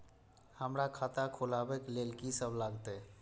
हमरा खाता खुलाबक लेल की सब लागतै?